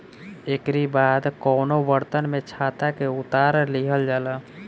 एकरी बाद कवनो बर्तन में छत्ता के उतार लिहल जाला